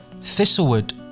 Thistlewood